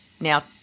now